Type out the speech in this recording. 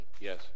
Yes